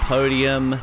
Podium